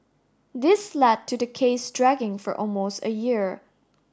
this led to the case dragging for almost a year